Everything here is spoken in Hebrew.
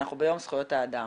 אנחנו ביום זכויות האדם